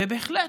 ובהחלט,